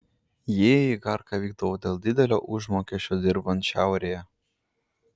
jie į igarką vykdavo dėl didelio užmokesčio dirbant šiaurėje